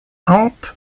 hampe